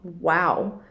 wow